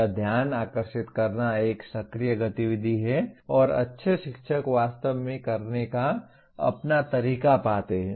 यह ध्यान आकर्षित करना एक सक्रिय गतिविधि है और अच्छे शिक्षक वास्तव में करने का अपना तरीका पाते हैं